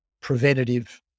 preventative